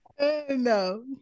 No